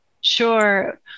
sure